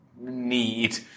need